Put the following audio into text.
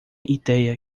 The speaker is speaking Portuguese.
ideia